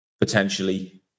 potentially